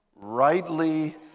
rightly